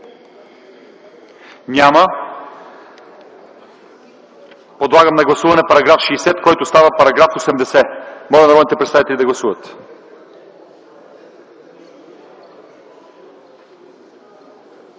Няма. Подлагам на гласуване § 60, който става § 80. Моля, народните представители да гласуват.